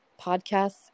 podcasts